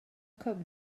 cwm